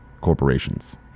corporations